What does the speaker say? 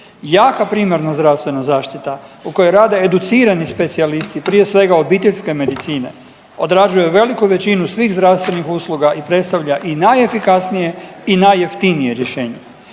Jaka primarna zdravstvena zaštita u kojoj rade educirani specijalisti prije svega obiteljske medicine odrađuju veliku većinu svih zdravstvenih usluga i predstavlja i najefikasnije i najjeftinije rješenje.